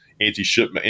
anti-ship